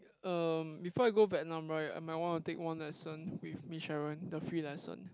um before I go Vietnam right I might want to take one lesson with Miss Sharon the free lesson